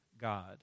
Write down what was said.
God